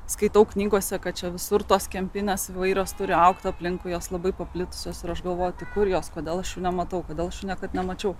skaitau knygose kad čia visur tos kempinės įvairios turi augti aplinkui jos labai paplitusios galvoti kur jos kodėl aš jų nematau kodėl aš jų niekad nemačiau